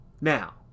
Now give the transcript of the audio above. Now